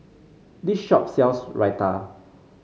this shop sells Raita